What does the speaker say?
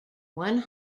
one